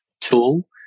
tool